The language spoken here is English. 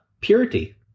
purity